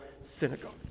synagogue